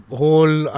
whole